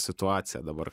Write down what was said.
situaciją dabar